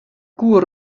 gŵr